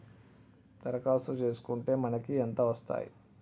దరఖాస్తు చేస్కుంటే మనకి ఎంత వస్తాయి?